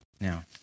Now